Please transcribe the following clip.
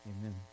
amen